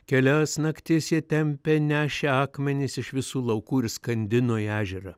kelias naktis jie tempė nešė akmenis iš visų laukų ir skandino į ežerą